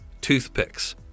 toothpicks